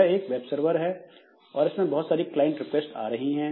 यह एक web server है और इसमें बहुत सारी क्लाइंट रिक्वेस्ट आ रही है